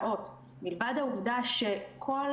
הפרדה זה ניסיון למנוע מגע בין אחד לשני ככל